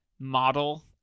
Model